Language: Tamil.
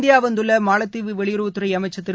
இந்தியா வந்துள்ள மாலத்தீவு வெளியுறவுத் துறை அமைச்சர் திரு